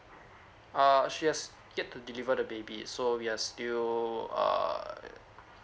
err okay she has yet to deliver the baby so we are still err